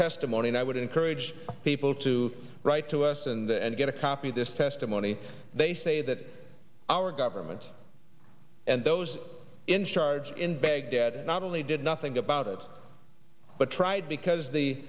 testimony and i would encourage people to write to us and the and get a copy of this testimony they say that our government and those in charge in baghdad not only did nothing about it but tried because the